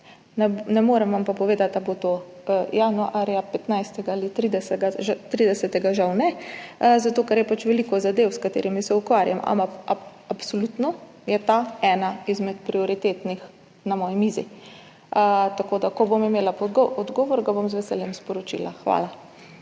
Ne morem vam pa povedati, ali bo to 15. ali 30. januarja, žal ne. Zato ker je pač veliko zadev, s katerimi se ukvarjam. Ampak absolutno je ta ena izmed prioritetnih na moji mizi. Ko bom imela odgovor, ga bom z veseljem sporočila. Hvala.